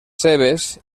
cebes